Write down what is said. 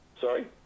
Sorry